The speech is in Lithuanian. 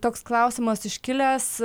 toks klausimas iškilęs